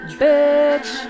Bitch